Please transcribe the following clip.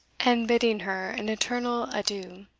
and bidding her an eternal adieu.